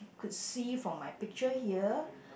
could see from my picture here